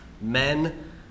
men